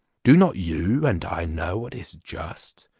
do not you and i know what is just?